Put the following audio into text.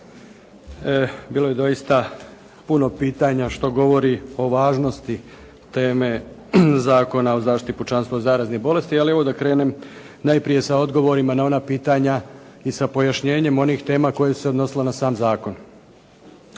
Bilo je doista puno pitanja, što govori o važnosti teme Zakona o zaštiti pučanstva od zaraznih bolesti, ali evo da krenem najprije sa odgovorima na ona pitanja i sa pojašnjenjem onih tema koje su se odnosile na sam zakon.